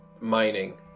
mining